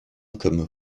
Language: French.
comme